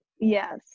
Yes